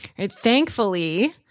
Thankfully